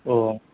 औ